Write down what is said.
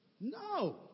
No